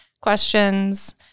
questions